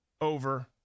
over